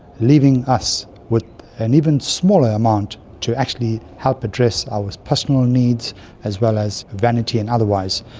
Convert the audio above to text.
leaving us with an even smaller amount to actually help address our personal needs as well as vanity and otherwise.